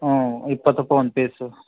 ಹ್ಞೂ ಇಪ್ಪತ್ತು ರೂಪಾಯಿ ಒಂದು ಪೀಸು